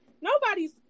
Nobody's